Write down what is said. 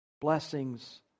blessings